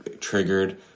triggered